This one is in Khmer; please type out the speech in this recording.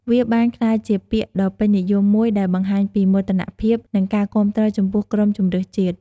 វាបានក្លាយជាពាក្យដ៏ពេញនិយមមួយដែលបង្ហាញពីមោទនភាព និងការគាំទ្រចំពោះក្រុមជម្រើសជាតិ។